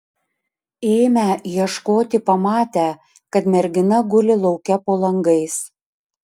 ėmę ieškoti pamatę kad mergina guli lauke po langais